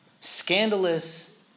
Scandalous